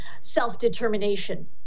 self-determination